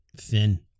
thin